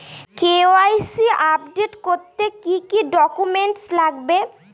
KYC update করতে কি কি ডকুমেন্টস লাগবে?